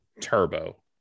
turbo